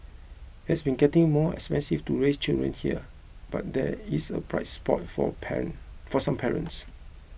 it has been getting more expensive to raise children here but there is a bright spot for parent for some parents